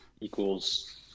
equals